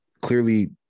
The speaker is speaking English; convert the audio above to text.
Clearly